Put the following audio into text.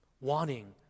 wanting